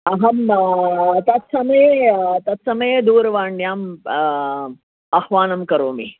अहम् तत्समये तत्समये दूरवाण्यां आह्वानं करोमि